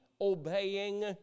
obeying